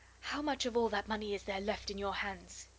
how much of all that money is there left in your hands?